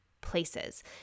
places